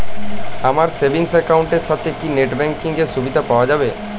আমার savings account এর সাথে কি নেটব্যাঙ্কিং এর সুবিধা পাওয়া যাবে?